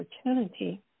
opportunity